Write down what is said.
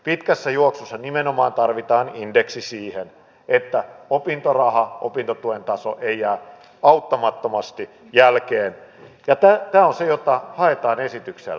pitkässä juoksussa nimenomaan tarvitaan indeksi siihen että opintorahan ja opintotuen taso ei jää auttamattomasti jälkeen ja tämä on se mitä haetaan esityksellä